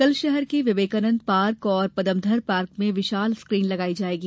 कल शहर के विवेकानंद पार्क और पदमधर पार्क में विशाल स्क्रीन लगाई जाएगी